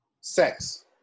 Sex